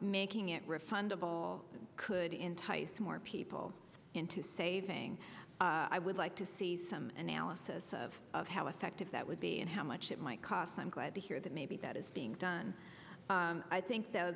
making it refundable could entice more people into saving i would like to see some analysis of how effective that would be and how much it might cost i'm glad to hear that maybe that is being done i think though